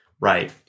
right